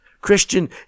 Christian